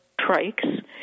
trikes